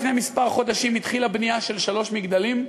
לפני כמה חודשים התחילה בנייה של שלוש מגדלים,